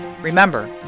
Remember